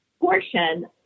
portion